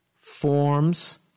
forms